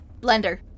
Blender